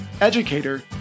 educator